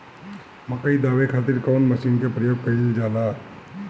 मकई दावे खातीर कउन मसीन के प्रयोग कईल जाला?